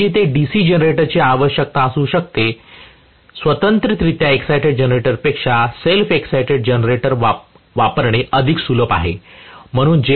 जेथे जेथे डीसी जनरेटरची आवश्यकता असू शकते स्वतंत्ररित्या एक्साईटेड जनरेटरपेक्षा सेल्फ एक्साईटेड जनरेटर वापरणे अधिक सुलभ आहे